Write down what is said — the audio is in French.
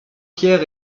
pierre